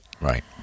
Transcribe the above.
Right